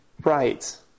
right